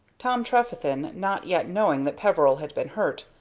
tom trefethen, not yet knowing that peveril had been hurt,